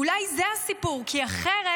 אולי זה הסיפור, כי אחרת